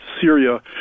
Syria